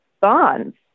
bonds